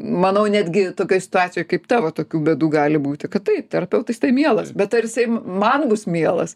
manau netgi tokioj situacijoj kaip tavo tokių bėdų gali būti kad tai terapeutas tai mielas bet ar jisai man bus mielas